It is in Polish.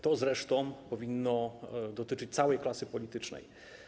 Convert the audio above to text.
To zresztą powinno dotyczyć całej klasy politycznej.